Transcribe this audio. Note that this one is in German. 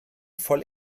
voll